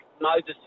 Moses